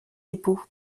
époux